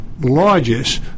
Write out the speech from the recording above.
largest